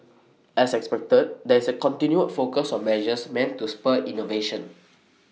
as expected there is A continued focus on measures meant to spur innovation